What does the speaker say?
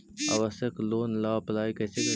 Online loan ला apply कैसे करी?